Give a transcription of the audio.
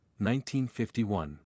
1951